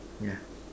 yeah